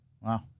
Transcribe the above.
Wow